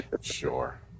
Sure